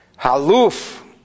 haluf